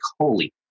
Holy